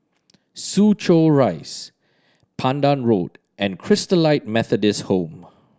Soo Chow Rise Pandan Road and Christalite Methodist Home